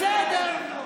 בסדר,